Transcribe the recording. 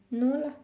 no lah